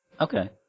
Okay